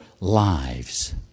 lives